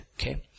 Okay